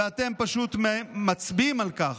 ואתם פשוט מצביעים על כך,